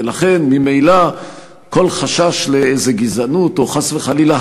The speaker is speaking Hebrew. ולכן ממילא כל חשש לאיזו גזענות או חס וחלילה